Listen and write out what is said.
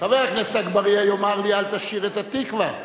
חבר הכנסת אגבאריה יאמר לי, אל תשיר את "התקווה",